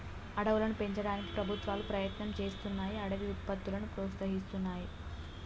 అడవులను పెంచడానికి ప్రభుత్వాలు ప్రయత్నం చేస్తున్నాయ్ అడవి ఉత్పత్తులను ప్రోత్సహిస్తున్నాయి